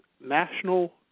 National